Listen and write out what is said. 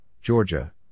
Georgia